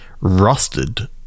rusted